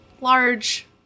large